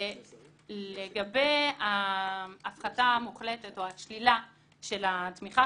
לגבי ההפחתה המוחלטת או השלילה של התמיכה,